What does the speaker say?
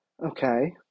Okay